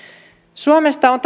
suomesta on